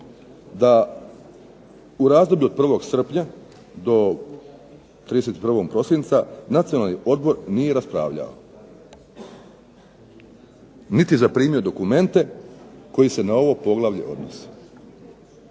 da u radu do 1. srpnja do 31. prosinca Nacionalni odbor nije raspravljao niti zaprimio dokumente koji se na ovo poglavlje odnose,